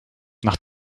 nach